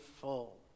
full